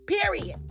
period